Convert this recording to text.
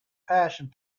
passion